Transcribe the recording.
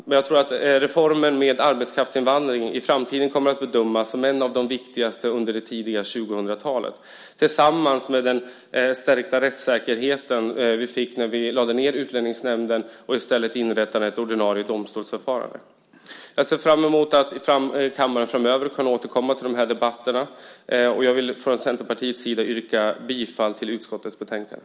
Men jag tror att reformen om arbetskraftsinvandring i framtiden kommer att bedömas som en av de viktigaste under det tidiga 2000-talet tillsammans med den stärkta rättssäkerheten som vi fick när vi lade ned Utlänningsnämnden och i stället inrättade ett ordinarie domstolsförfarande. Jag ser fram emot att i kammaren framöver kunna återkomma till dessa debatter, och från Centerpartiets sida yrkar jag bifall till hemställan i utskottets betänkande.